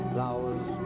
Flowers